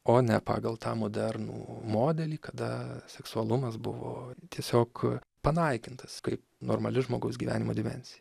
o ne pagal tą modernų modelį kada seksualumas buvo tiesiog panaikintas kaip normali žmogaus gyvenimo dimensija